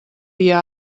dia